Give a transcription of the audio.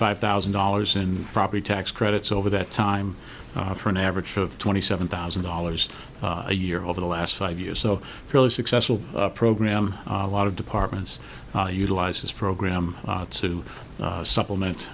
five thousand dollars in property tax credits over that time for an average of twenty seven thousand dollars a year over the last five years so fairly successful program a lot of departments utilize this program to supplement